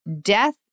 death